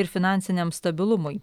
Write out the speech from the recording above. ir finansiniam stabilumui